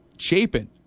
Chapin